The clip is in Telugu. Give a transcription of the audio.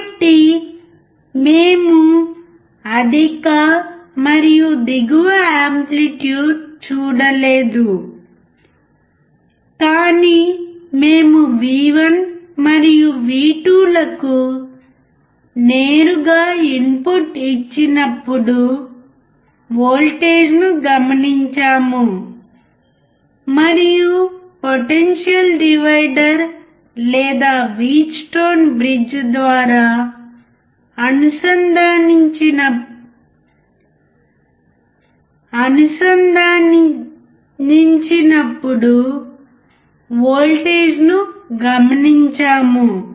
కాబట్టి మేము అధిక మరియు దిగువ ఆంప్లిట్యూడ్ చూడలేదు కాని మేము V1 మరియు V2 లకు నేరుగా ఇన్పుట్ ఇచ్చినప్పుడు వోల్టేజ్ను గమనించాము మరియు పొటెన్షియల్ డివైడర్ లేదా వీట్స్టోన్ బ్రిడ్జ్ ద్వారా అనుసంధానించబడినప్పుడు వోల్టేజ్ను గమనించాము